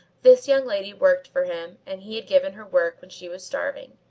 this young lady worked for him and he had given her work when she was starving.